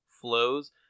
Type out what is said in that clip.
flows